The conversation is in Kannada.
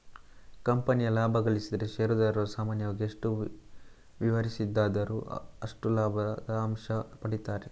ಕಂಪನಿಯು ಲಾಭ ಗಳಿಸಿದ್ರೆ ಷೇರುದಾರರು ಸಾಮಾನ್ಯವಾಗಿ ಎಷ್ಟು ವಿವರಿಸಿದ್ದಾರೋ ಅಷ್ಟು ಲಾಭದ ಅಂಶ ಪಡೀತಾರೆ